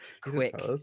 quick